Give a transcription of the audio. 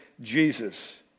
Jesus